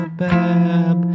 bab